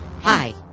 Hi